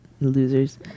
losers